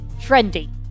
Trendy